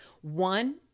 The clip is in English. One